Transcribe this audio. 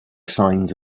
signs